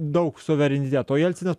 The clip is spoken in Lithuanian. daug suvereniteto jelcinas